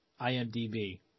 IMDb